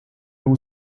two